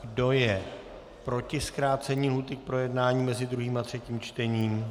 Kdo je proti zkrácení lhůty k projednání mezi druhým a třetím čtením?